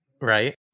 right